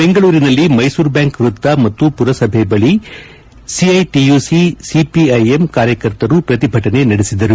ಬೆಂಗಳೂರಿನಲ್ಲಿ ಮೈಸೂರು ಬ್ಯಾಂಕ್ ವೈತ್ತ ಮತ್ತು ಪುರಸಭೆ ಬಳಿ ಸಿಐಟಿಯುಸಿ ಸಿಪಿಐಎಂ ಕಾರ್ಯಕರ್ತರು ಪ್ರತಿಭಟನೆ ನಡೆಸಿದರು